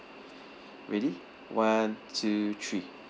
ready one two three